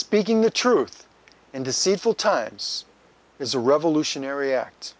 speaking the truth and deceitful times is a revolutionary act